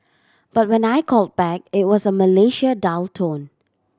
but when I called back it was a Malaysia dial tone